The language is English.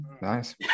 Nice